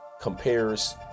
compares